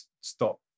stop